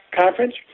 Conference